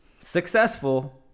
Successful